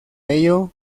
ello